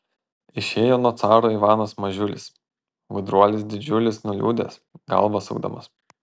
išėjo nuo caro ivanas mažiulis gudruolis didžiulis nuliūdęs galvą sukdamas